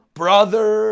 brother